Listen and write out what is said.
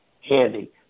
handy